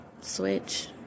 switch